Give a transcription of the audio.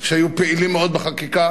שהיו פעילים מאוד בחקיקה,